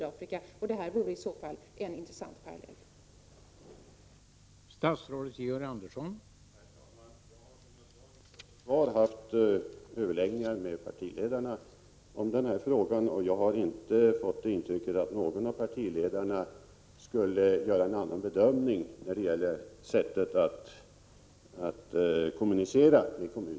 Den i denna fråga aktualiserade åtgärden vore i så fall en intressant parallell.